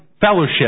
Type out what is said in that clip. fellowship